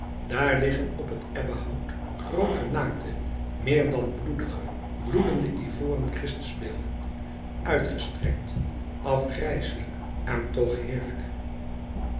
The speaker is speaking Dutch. daar liggen op het ebbenhout groote naakte meer dan bloedige bloedende ivoren christusbeelden uitgestrekt afgrijselijk en toch heerlijk